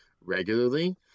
regularly